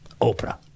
Oprah